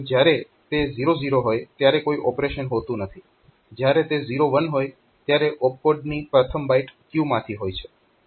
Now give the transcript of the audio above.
તો જ્યારે તે 0 0 હોય ત્યારે કોઈ ઓપરેશન હોતું નથી જયારે તે 0 1 હોય ત્યારે ઓપ કોડની પ્રથમ બાઈટ ક્યુ માંથી હોય છે